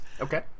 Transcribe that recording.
okay